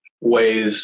ways